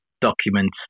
documents